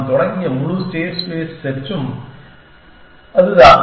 நாம் தொடங்கிய முழு ஸ்டேட் ஸ்பேஸ் செர்ச் ம் அதுதான்